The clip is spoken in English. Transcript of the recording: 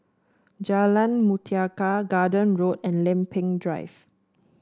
Jalan Mutiara Garden Road and Lempeng Drive